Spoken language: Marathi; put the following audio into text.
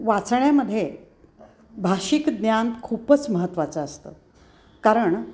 वाचण्यामध्ये भाषिक ज्ञान खूपच महत्वाचं असतं कारण